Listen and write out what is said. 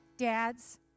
Dads